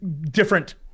different